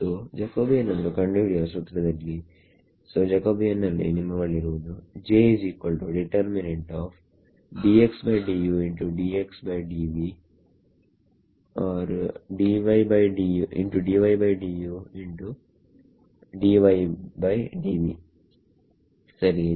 ಸೋಜಕೋಬಿಯನ್ ನ್ನು ಕಂಡುಹಿಡಿಯುವ ಸೂತ್ರದಲ್ಲಿ ಸೋಜಕೋಬಿಯನ್ ನಲ್ಲಿ ನಿಮ್ಮ ಬಳಿ ಇರುವುದು ಸರಿಯೇ